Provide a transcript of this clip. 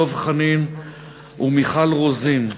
דב חנין ומיכל רוזין.